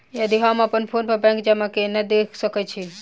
हम अप्पन फोन पर बैंक जमा केना देख सकै छी?